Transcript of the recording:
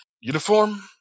uniform